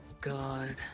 god